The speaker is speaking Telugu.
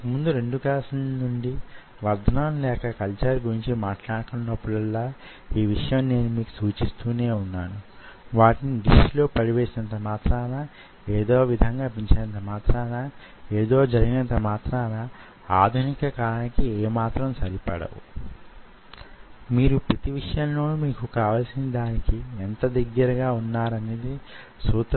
ఇది మీ అవసరాలను బట్టి కోరికల బట్టి వుంటుంది ఈ విధమైన మైక్రో కాంటీలివర్ ను అభివృద్ధి పొందిచ్చేటప్పుడు వాటిని యాంత్రికమైన పరికరాలని మైక్రో కాంటీలివర్ పరికరాల ని పిలుస్తారు